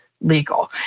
legal